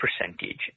percentage